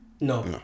No